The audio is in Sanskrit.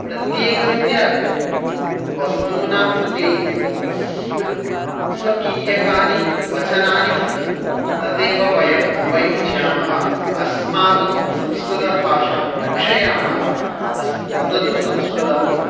प्रत्येकस्य वस्तूनां कृते स्व् स्वकीयकानि वचनानि सन्ति तथेव वयम् उपयुज्यामः अस्माकं संस्कृतभाषां रक्षयामः अस् वदतु संस्कृतम्